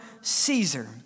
Caesar